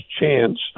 chance